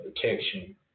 protection